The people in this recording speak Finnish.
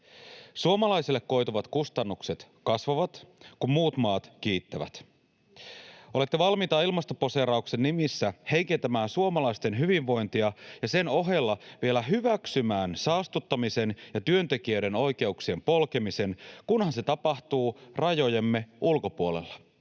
Suomalaisille koituvat kustannukset kasvavat, kun muut maat kiittävät. Olette valmiita ilmastoposeerauksen nimissä heikentämään suomalaisten hyvinvointia ja sen ohella vielä hyväksymään saastuttamisen ja työntekijöiden oikeuksien polkemisen, kunhan se tapahtuu rajojemme ulkopuolella.